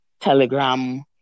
Telegram